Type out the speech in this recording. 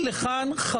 כשאמר שלמה "חבורה",